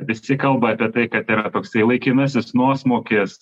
visi kalba apie tai kad yra toksai laikinasis nuosmukis